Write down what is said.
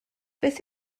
beth